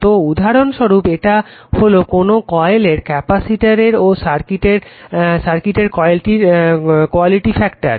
তো উদাহরণ স্বরূপ এটা হলো কোনো কয়েলের ক্যাপাসিটরের ও সার্কিটের কোয়ালিটি ফ্যাক্টার